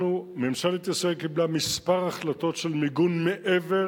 ממשלת ישראל קיבלה כמה החלטות של מיגון מעבר